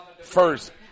first